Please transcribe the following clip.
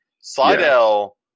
Slidell